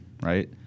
right